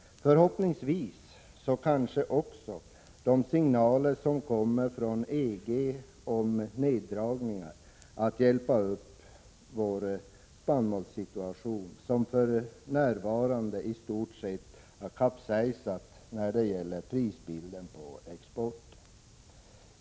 Förhoppningsvis kommer signalerna från EG om neddragningar att leda till en för vår spannmålsexport bättre situation. Den nuvarande prispolitiken kan beskrivas som i stort sett kapsejsad.